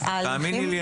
תאמיני לי,